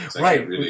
right